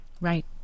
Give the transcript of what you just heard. Right